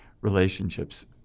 relationships